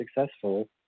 successful